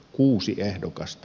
kuusi ehdokasta